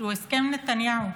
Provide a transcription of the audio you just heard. שהוא הסכם נתניהו.